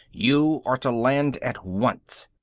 you are to land at once!